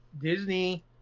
Disney